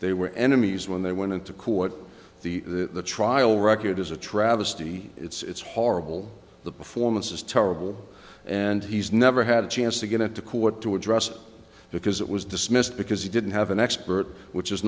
they were enemies when they went into court the trial record is a travesty it's horrible the performance is terrible and he's never had a chance to get to court to address it because it was dismissed because he didn't have an expert which is